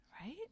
Right